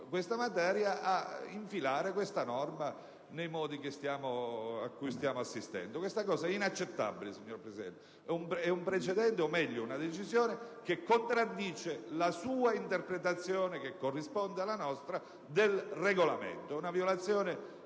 la materia, infila questa norma nei modi ai quali stiamo assistendo. Ciò è inaccettabile, signor Presidente. È un precedente, o meglio, una decisione che contraddice la sua interpretazione, che corrisponde alla nostra, del Regolamento. È una violazione